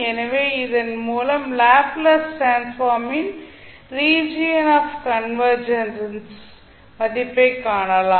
எனவே இதன் மூலம் லாப்ளேஸ் டிரான்ஸ்ஃபார்ம் ன் ரீஜியன் ஆப் கன்வர்ஜென்ஸ் மதிப்பைக் காணலாம்